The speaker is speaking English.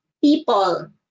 people